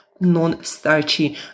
non-starchy